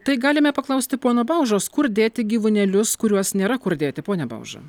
tai galime paklausti pono baužos kur dėti gyvūnėlius kuriuos nėra kur dėti pone bauža